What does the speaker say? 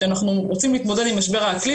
כשאנחנו רוצים להתמודד עם משבר האקלים,